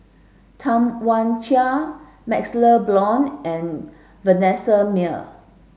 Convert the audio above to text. Tam Wai Jia MaxLe Blond and Vanessa Mae